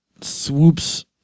Swoops